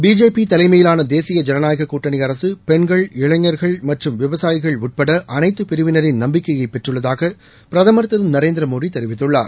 BJP தலைமையிலான தேசிய ஜனநாயக கூட்டணி அரசு பெண்கள்இளைஞர்கள் மற்றும் விவசாயிகள் உள்பட அளைத்து பிரிவினரின் நம்பிக்கையை பெற்றுள்ளதாக பிரதமர் திரு நரேந்திர மோடி தெரிவித்துள்ளார்